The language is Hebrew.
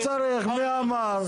לא צריך, מי אמר?